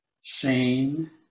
sane